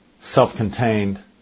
self-contained